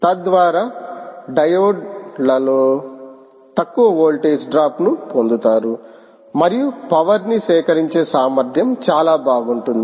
తద్వారా మీరు డయోడ్లలో తక్కువ వోల్టేజ్ డ్రాప్ను పొందుతారు మరియు పవర్ ని సేకరించే సామర్థ్యం చాలా బాగుంటుంది